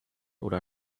oder